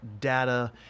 data